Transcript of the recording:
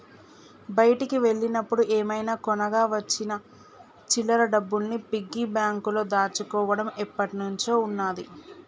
బయటికి వెళ్ళినప్పుడు ఏమైనా కొనగా వచ్చిన చిల్లర డబ్బుల్ని పిగ్గీ బ్యాంకులో దాచుకోడం ఎప్పట్నుంచో ఉన్నాది